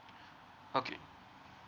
okay